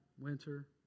winter